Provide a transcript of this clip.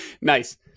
Nice